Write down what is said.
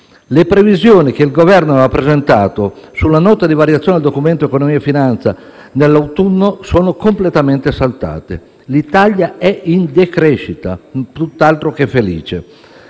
Le previsioni che il Governo aveva rappresentato sulla nota di variazione al Documento di economia finanza nell'autunno sono completamente saltate. L'Italia è in decrescita, tutt'altro che felice.